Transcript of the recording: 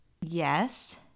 Yes